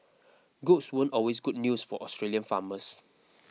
goats weren't always good news for Australian farmers